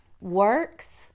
works